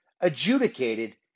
adjudicated